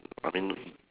I mean